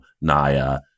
Naya